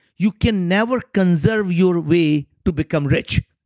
you can never conserve your way to become rich.